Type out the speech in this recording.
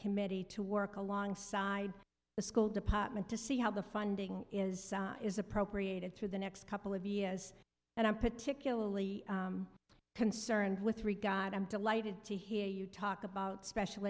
committee to work alongside the school department to see how the funding is is appropriated through the next couple of years and i'm particularly concerned with three guys i'm delighted to hear you talk about special